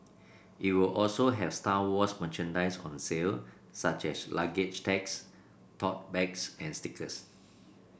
it will also have Star Wars merchandise on sale such as luggage tags tote bags and stickers